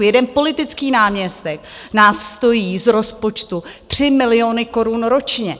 Jeden politický náměstek nás stojí z rozpočtu tři miliony korun ročně.